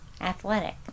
athletic